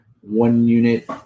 one-unit